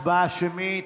ההצבעה שמית.